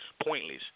pointless